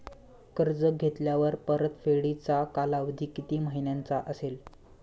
कर्ज घेतल्यावर परतफेडीचा कालावधी किती महिन्यांचा असेल?